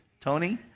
Tony